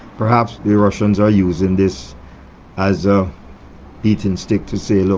perhaps the russians are using this as a beating stick to say, look,